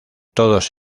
todos